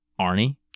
Arnie